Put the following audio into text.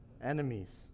enemies